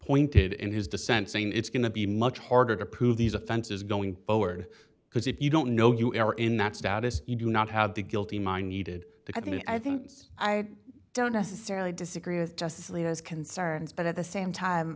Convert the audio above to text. pointed in his dissent saying it's going to be much harder to prove these offenses going forward because if you don't know you are in that status you do not have the guilty my needed i think i think i don't necessarily disagree with justice leo's concerns but at the same time